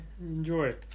enjoy